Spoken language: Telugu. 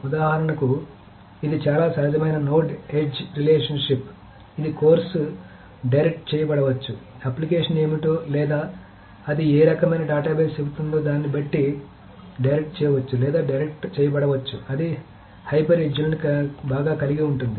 ఉదాహరణకు ఇది చాలా సహజమైన నోడ్ ఎడ్జ్ రిలేషన్షిప్ ఇది కోర్సు డైరెక్ట్ చేయబడవచ్చు అప్లికేషన్ ఏమిటో లేదా అది ఏ రకమైన డేటాబేస్ చెబుతుందో దాన్ని బట్టి డైరెక్ట్ చేయవచ్చు లేదా డైరెక్ట్ చేయబడవచ్చు అది హైపర్ ఎడ్జ్లను బాగా కలిగి ఉంటుంది